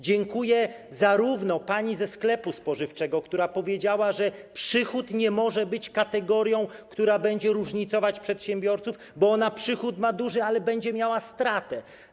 Dziękuję zarówno pani ze sklepu spożywczego, która powiedziała, że przychód nie może być kategorią, która będzie różnicować przedsiębiorców, bo ona przychód ma duży, ale będzie miała stratę.